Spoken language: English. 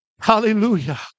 Hallelujah